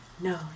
no